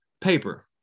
paper